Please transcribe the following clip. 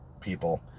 people